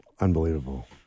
Unbelievable